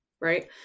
right